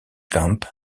camp